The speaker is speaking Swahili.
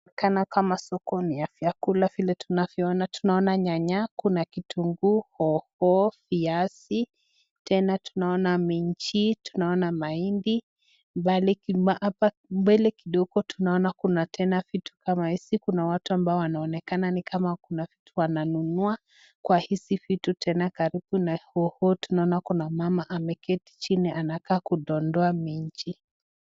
Kana kama soko ni ya vyakula vile tunavyoona. Tunaona nyanya, kuna kitunguu, hoho, viazi. Tena tunaona minji, tunaona mahindi. Mbali hapa mbele kidogo tunaona kuna tena vitu kama hizi. Kuna watu ambao wanaonekana ni kama kuna vitu wananunua kwa hizi vitu. Tena karibu na hoho tunaona kuna mama ameketi chini anakaa kudondoa minji.